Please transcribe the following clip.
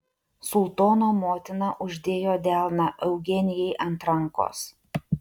sultono motina uždėjo delną eugenijai ant rankos